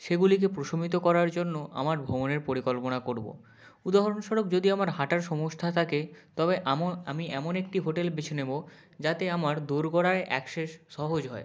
সেগুলিকে প্রশমিত করার জন্য আমার ভ্রমণের পরিকল্পনা করবো উদাহরণস্বরূপ যদি আমার হাঁটার সমস্যা থাকে তবে আমো আমি এমন একটি হোটেল বেছে নেবো যাতে আমার দোরগোড়ায় আক্সেস সহজ হয়